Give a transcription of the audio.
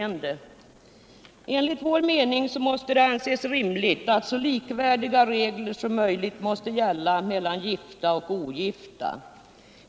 Enligt vår mening är det rimligt att så likvärdiga regler som möjligt gäller mellan gifta och ogifta.